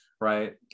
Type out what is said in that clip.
right